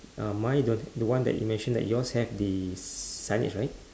uh mine don't h~ the one that you mentioned that yours have the signage right